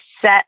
set